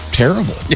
terrible